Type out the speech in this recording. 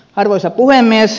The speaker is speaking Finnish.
arvoisa puhemies